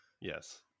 Yes